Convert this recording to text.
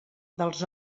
dels